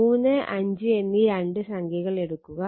3 5 എന്നീ രണ്ട് സംഖ്യകൾ എടുക്കുക